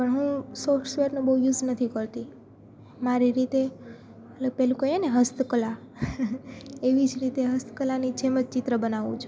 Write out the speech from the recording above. પણ હું સોફ્ટવેર્સનો બહુ યુસ નથી કરતી મારી રીતે એ પેલું કહીએને હસ્ત કલા એવી જ રીતે હસ્ત કલાની જેમ જ ચિત્ર બનાવું છું